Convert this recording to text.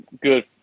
good